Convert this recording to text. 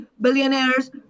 billionaires